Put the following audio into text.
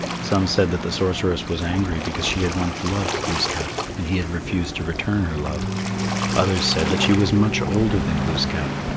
some said that the sorceress was angry because she had once loved glooskap and he had refused to return her love others said that she was much older than glooskap,